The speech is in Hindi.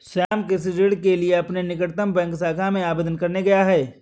श्याम कृषि ऋण के लिए अपने निकटतम बैंक शाखा में आवेदन करने गया है